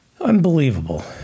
unbelievable